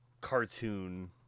cartoon